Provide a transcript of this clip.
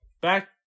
back